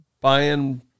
buying